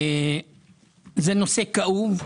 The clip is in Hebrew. זה נושא כאוב,